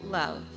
love